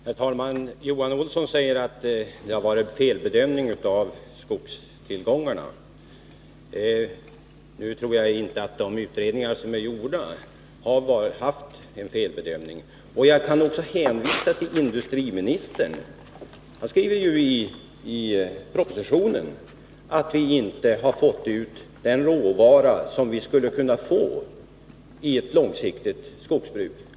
Herr talman! Johan Olsson säger att det har gjorts en felbedömning av skogstillgångarna. Nu tror jag inte att man i de utredningar som utförts har gjort felbedömningar. Jag kan också hänvisa till industriministern, som ju i propositionen skriver att vi inte fått ut den råvara som vi skulle kunna få i ett långsiktigt skogsbruk.